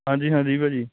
ਹਾਂਜੀ ਹਾਂਜੀ ਭਾਅ ਜੀ